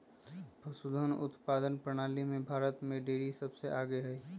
पशुधन उत्पादन प्रणाली में भारत में डेरी सबसे आगे हई